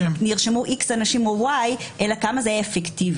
כמה אנשים נרשמו אלא כמה זה אפקטיבי.